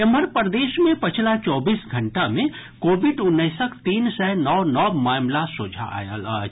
एम्हर प्रदेश मे पछिला चौबीस घंटा मे कोविड उन्नैसक तीन सय नओ नव मामिला सोझा आयल अछि